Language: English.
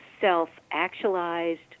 self-actualized